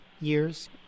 years